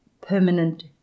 permanent